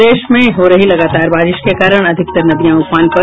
प्रदेश में हो रही लगातार बारिश के कारण अधिकतर नदियां उफान पर